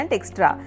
Extra